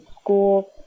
school